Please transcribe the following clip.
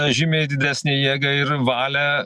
žymiai didesnę jėgą ir valią